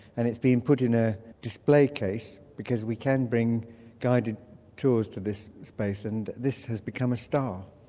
and it's been put in a display case because we can bring guided tours to this space and this has become a star.